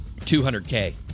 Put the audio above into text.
200k